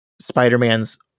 spider-man's